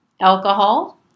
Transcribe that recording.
alcohol